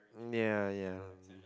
ya ya ya